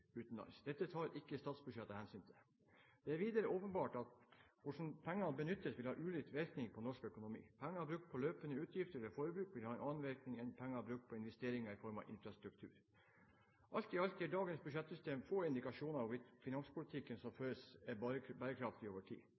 utenlands. Dette tar ikke statsbudsjettet hensyn til. Det er videre åpenbart at hvordan pengene benyttes, vil ha ulik virkning på norsk økonomi. Penger brukt på løpende utgifter til forbruk vil ha en annen virkning enn penger brukt på investeringer i form av infrastruktur. Alt i alt gir dagens budsjettsystem få indikasjoner på hvorvidt den finanspolitikken som føres, er bærekraftig over tid.